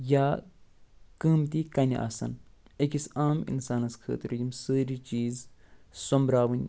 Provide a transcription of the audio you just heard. یا قۭمتی کَنہِ آسن أکِس عام اِنسانس خٲطرٕ یِم سٲری چیٖز سۄمبراوٕنۍ